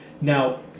Now